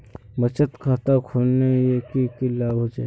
बचत खाता खोलने से की की लाभ होचे?